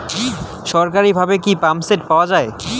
সরকারিভাবে কি পাম্পসেট পাওয়া যায়?